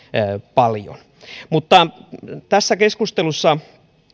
paljon mutta tässä keskustelussa